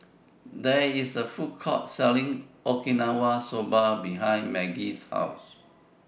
There IS A Food Court Selling Okinawa Soba behind Maggie's House